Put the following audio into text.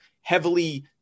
heavily